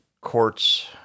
courts